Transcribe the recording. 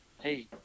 Hey